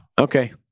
Okay